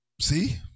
See